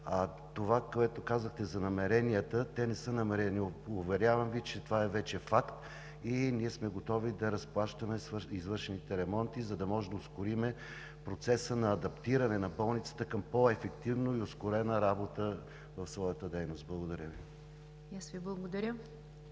това, което казахте за намеренията – те не са намерения. Уверявам Ви, че това е вече факт и ние сме готови да разплащаме извършените ремонти, за да можем да ускорим процеса на адаптиране на болницата към по-ефективна и ускорена работа в своята дейност. Благодаря Ви.